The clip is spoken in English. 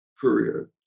period